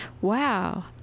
Wow